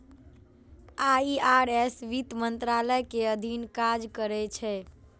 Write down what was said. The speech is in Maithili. आई.आर.एस वित्त मंत्रालय के अधीन काज करै छै